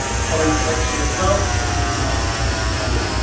comment section as well so that people know and they can find that.